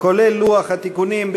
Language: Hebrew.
כולל לוח התיקונים,